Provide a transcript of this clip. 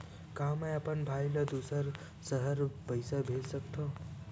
का मैं अपन भाई ल दुसर शहर पईसा भेज सकथव?